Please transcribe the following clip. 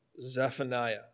Zephaniah